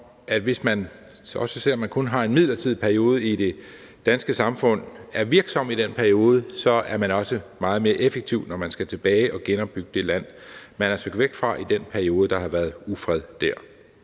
om man kun har en midlertidig periode i det danske samfund, er virksom i den periode, så er man også meget mere effektiv, når man skal tilbage og genopbygge det land, man er søgt væk fra i den periode, der har været ufred der.